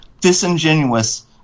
disingenuous